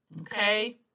Okay